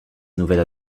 nouvelle